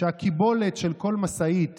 והקיבולת של כל משאית